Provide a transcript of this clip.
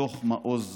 מתוך מעוז זה.